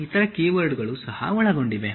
ಇತರ ಕೀವರ್ಡ್ಗಳು ಸಹ ಒಳಗೊಂಡಿವೆ